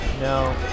No